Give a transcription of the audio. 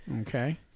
Okay